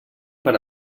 per